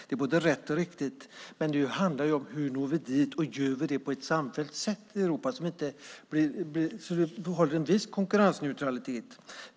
Det är både rätt och riktigt, men nu handlar det om hur vi når dit och om vi gör det på ett samfällt sätt i Europa så att vi behåller en viss konkurrensneutralitet.